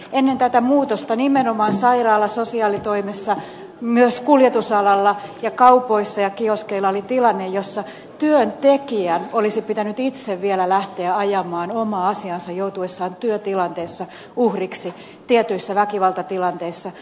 ennen tätä muutosta nimenomaan sairaala ja sosiaalitoimessa myös kuljetusalalla ja kaupoissa ja kioskeilla oli tilanne jossa työntekijän olisi pitänyt itse vielä lähteä ajamaan omaa asiaansa joutuessaan työtilanteessa uhriksi tietyissä väkivaltatilanteissa